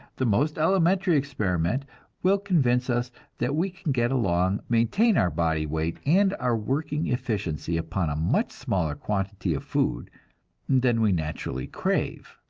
the most elementary experiment will convince us that we can get along, maintain our body weight and our working efficiency upon a much smaller quantity of food than we naturally crave.